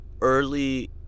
early